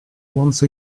once